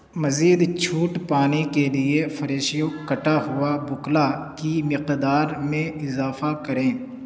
مزید چھوٹ پانے کے لیے فریشیو کٹا ہوا بکلا کی مقدار میں اضافہ کریں